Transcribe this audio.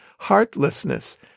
heartlessness